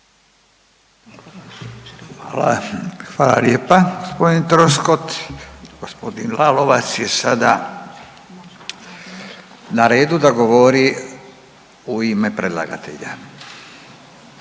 hvala lijepa gospodin Troskot. Gospodin Lalovac je sada na redu da govori u ime predlagatelja.